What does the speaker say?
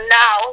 now